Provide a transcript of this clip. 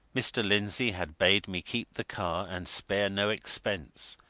mr. lindsey had bade me keep the car and spare no expense,